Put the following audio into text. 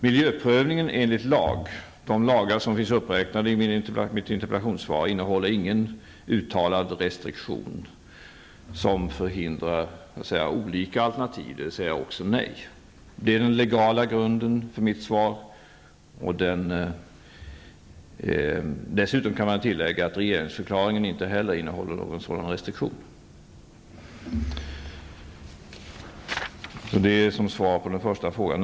Miljöprövningen innehåller inte enligt de lagar som är uppräknade i mitt interpellationssvar någon uttalad restriktion som förhindrar olika alternativ, dvs. inte heller ett nej. Det är den legala grunden för mitt svar. Dessutom kan man tillägga att inte heller regeringsförklaringen innehåller någon sådan restriktion. Det är mitt svar på den första frågan.